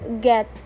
get